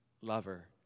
lover